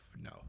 no